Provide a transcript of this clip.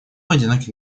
одинокий